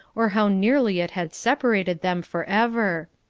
or how nearly it had separated them for ever.